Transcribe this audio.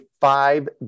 five